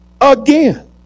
Again